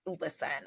Listen